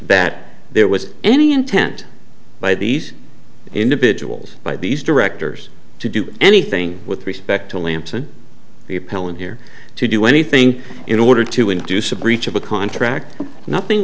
that there was any intent by these individuals by these directors to do anything with respect to lampson the appellant here to do anything in order to induce a breach of a contract nothing